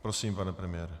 Prosím, pane premiére.